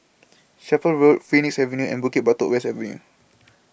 Chapel Road Phoenix Avenue and Bukit Batok West Avenue